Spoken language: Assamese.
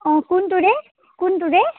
অঁ কোনটো ৰে কোনটো ৰে